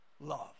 love